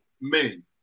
men